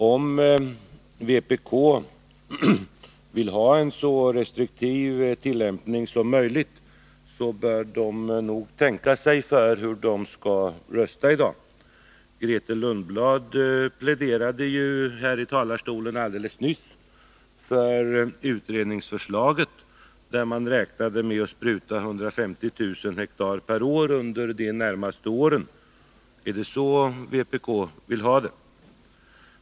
Om man från vpk:s sida vill ha en så restriktiv tillämpning som möjligt, bör man nog tänka sig för när man skall rösta i dag. Grethe Lundblad pläderade ju nyss för utredningsförslaget, där man räknade med att spruta 150 000 har per år under de närmaste åren. Är det så vpk vill ha det?